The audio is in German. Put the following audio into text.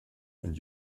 und